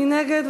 מי נגד?